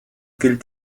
gilt